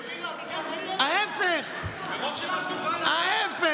מלכיאלי, מה תצביע?